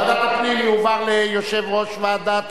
של חבר הכנסת